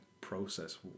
process